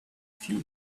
few